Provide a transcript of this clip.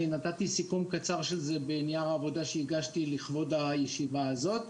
נתתי סיכום קצר של זה בנייר העבודה שהגשתי לכבוד הישיבה הזו.